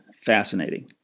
Fascinating